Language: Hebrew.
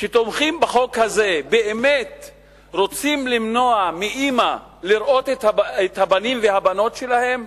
שתומכים בחוק הזה רוצים למנוע מאמא לראות את הבנים והבנות שלה?